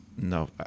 no